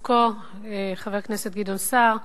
חבר הכנסת גדעון סער,